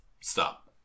Stop